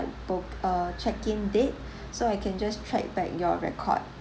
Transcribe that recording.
book uh check in date so I can just track back your record